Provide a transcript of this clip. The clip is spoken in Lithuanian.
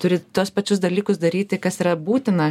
turi tuos pačius dalykus daryti kas yra būtina